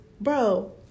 bro